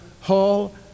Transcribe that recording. hall